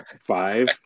five